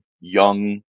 young